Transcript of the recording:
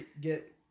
get